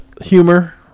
humor